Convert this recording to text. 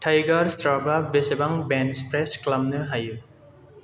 tiger स्राफा बेसेबां bench press खालामनो हायो